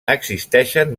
existeixen